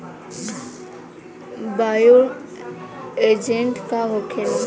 Bio agent का होखेला?